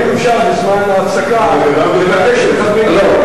האם אפשר בזמן ההפסקה לבקש מחברי קדימה,